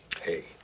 Hey